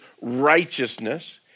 righteousness